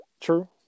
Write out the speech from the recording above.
True